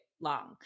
long